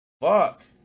Fuck